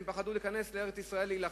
הם פחדו להיכנס לארץ-ישראל להילחם,